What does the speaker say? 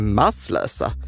masslösa